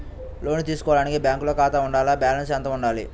లోను తీసుకోవడానికి బ్యాంకులో ఖాతా ఉండాల? బాలన్స్ ఎంత వుండాలి?